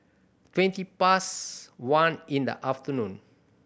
twenty past one in the afternoon